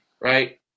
right